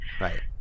Right